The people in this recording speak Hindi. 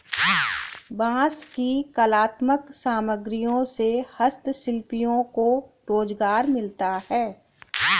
बाँस की कलात्मक सामग्रियों से हस्तशिल्पियों को रोजगार मिलता है